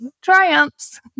triumphs